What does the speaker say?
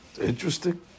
Interesting